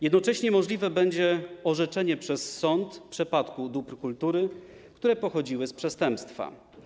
Jednocześnie możliwe będzie orzeczenie przez sąd przepadku dóbr kultury, które pochodziły z przestępstwa.